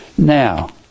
now